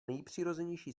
nejpřirozenější